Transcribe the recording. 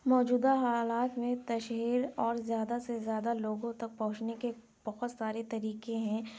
موجودہ حالات میں تشہیر اور زیادہ سے زیادہ لوگوں تک پہنچنے کے بہت سارے طریقے ہیں